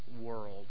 world